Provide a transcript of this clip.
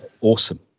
awesome